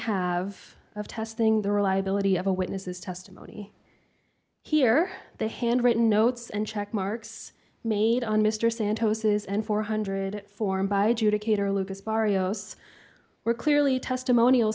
have of testing the reliability of a witness's testimony here the handwritten notes and check marks made on mr santos's and four hundred form by due to cater lucas barrios were clearly testimonial